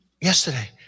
yesterday